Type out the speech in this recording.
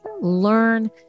learn